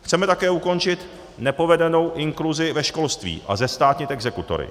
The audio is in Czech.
Chceme také ukončit nepovedenou inkluzi ve školství a zestátnit exekutory.